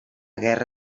guerra